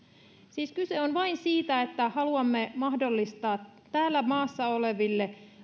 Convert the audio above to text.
siis kyse on vain siitä että haluamme mahdollistaa täällä maassa oleville